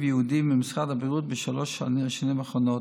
ייעודי ממשרד הבריאות בשלוש השנים האחרונות.